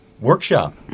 workshop